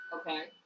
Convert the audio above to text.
Okay